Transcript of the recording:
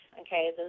okay